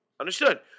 Understood